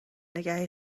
نگه